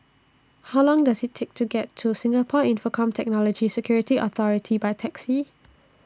How Long Does IT Take to get to Singapore Infocomm Technology Security Authority By Taxi